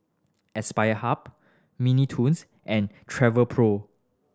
Aspire Hub Mini Toons and Travelpro